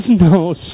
no